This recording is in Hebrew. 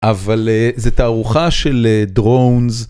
אבל זה תערוכה של drones